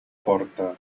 porta